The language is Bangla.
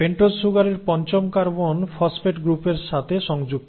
পেন্টোজ সুগারের পঞ্চম কার্বন ফসফেট গ্রুপের সাথে সংযুক্ত